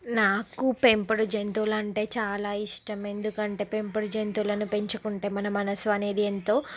నాకు పెంపుడు జంతువులు అంటే చాలా ఇష్టం ఎందుకంటే పెంపుడు జంతువులను పెంచుకుంటే మన మనస్సు అనేది ఎంతో